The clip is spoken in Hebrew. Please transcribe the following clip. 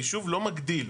היישוב לא מגדיל.